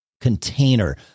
container